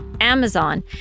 Amazon